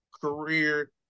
career